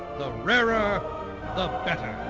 the rarer, the better.